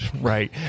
right